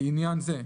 לעניין זה,